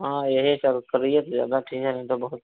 हाँ यही सब चलिए तो ज्यादा ठीक है नहीं तो बहुत